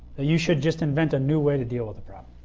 you should just invent a new way to deal with a problem.